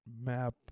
map